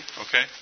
Okay